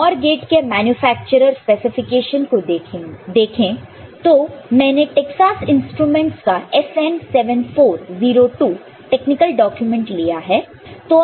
तो TTL NOR gate के manufacturer specification को देखें तो मैंने टैक्सास इंस्ट्रूमेंट्स का SN7402 टेक्निकल डॉक्यूमेंट लिया है